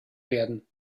werden